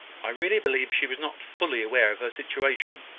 i really believe she was not fully aware of her situation,